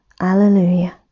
Alleluia